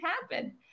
happen